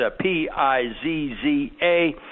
P-I-Z-Z-A